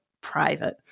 private